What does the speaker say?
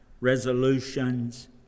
resolutions